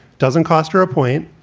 doesn't cost her a point.